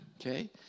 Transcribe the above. Okay